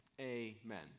Amen